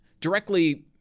directly